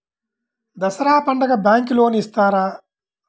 దసరా పండుగ bank loan ఇస్తారా?